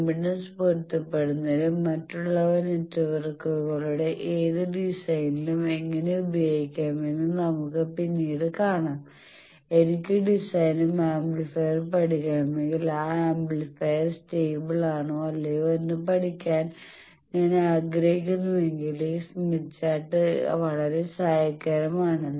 impedance പൊരുത്തപ്പെടുത്തലിലും മറ്റുള്ളവ നെറ്റ്വർക്കുകളുടെ ഏത് ഡിസൈനിലും എങനെ ഉപയോഗികാം എന്ന് നമുക്ക് പിന്നീട് കാണാം എനിക്ക് ഡിസൈനും ആംപ്ലിഫയറും പഠിക്കണമെങ്കിൽ ആ ആംപ്ലിഫയർ സ്റ്റേബിൾ ആണോ അല്ലയോ എന്ന് പഠിക്കാൻ ഞാൻ ആഗ്രഹിക്കുന്നുവെങ്കിൽ ഈ സ്മിത്ത് ചാർട്ട് വളരെ സഹായകരമാണ്